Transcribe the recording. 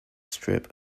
strip